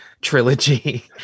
trilogy